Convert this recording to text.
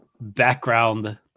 background